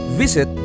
visit